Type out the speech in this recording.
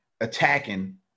attacking